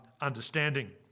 understanding